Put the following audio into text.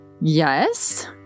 Yes